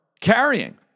carrying